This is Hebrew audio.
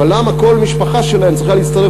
אבל למה כל המשפחה שלהם צריכה להסתובב